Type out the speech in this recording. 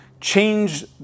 change